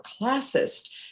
classist